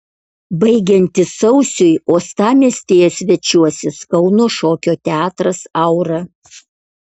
baigiantis sausiui uostamiestyje svečiuosis kauno šokio teatras aura